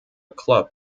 club